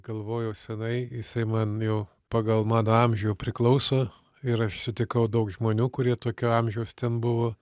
galvojau senai jisai man jau pagal mano amžių jau priklauso ir aš sutikau daug žmonių kurie tokio amžiaus ten buvo